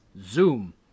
Zoom